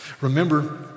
remember